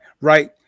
right